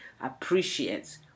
appreciates